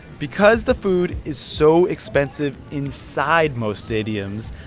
because the food is so expensive inside most stadiums,